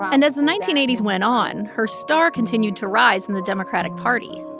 and as the nineteen eighty s went on, her star continued to rise in the democratic party.